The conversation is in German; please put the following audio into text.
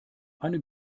eine